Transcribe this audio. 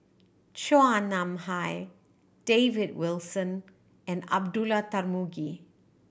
Chua Nam Hai David Wilson and Abdullah Tarmugi